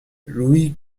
louis